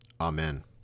Amen